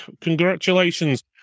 Congratulations